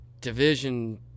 division